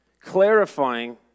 clarifying